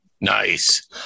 Nice